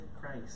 Christ